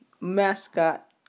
mascot